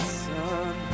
sun